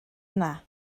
yna